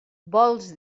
vols